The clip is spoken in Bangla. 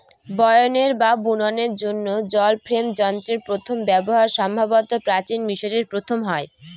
বয়নের বা বুননের জন্য জল ফ্রেম যন্ত্রের প্রথম ব্যবহার সম্ভবত প্রাচীন মিশরে প্রথম হয়